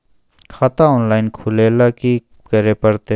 खाता ऑनलाइन खुले ल की करे परतै?